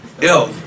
Yo